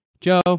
Joe